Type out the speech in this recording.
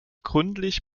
gründlich